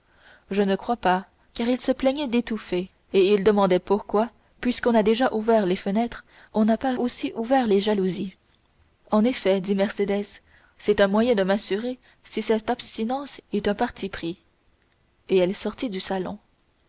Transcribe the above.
je ne crois pas car il se plaignait d'étouffer demandait pourquoi puisqu'on a déjà ouvert les fenêtres on n'a pas aussi ouvert les jalousies en effet dit mercédès c'est un moyen de m'assurer si cette abstinence est un parti pris et elle sortit du salon